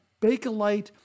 Bakelite